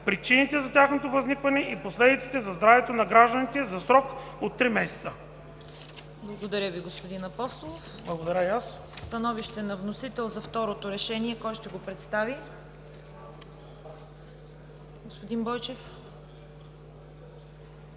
причините за тяхното възникване и последиците за здравето на гражданите за срок от 3 /три/